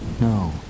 no